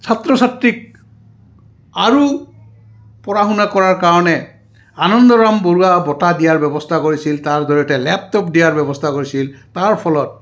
ছাত্ৰ ছাত্ৰীক আৰু পঢ়া শুনা কৰাৰ কাৰণে আনন্দৰাম বৰুৱা বঁটা দিয়াৰ ব্যৱস্থা কৰিছিল তাৰ জৰিয়তে লেপটপ দিয়াৰ ব্যৱস্থা কৰিছিল তাৰ ফলত